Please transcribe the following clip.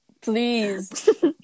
please